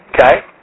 Okay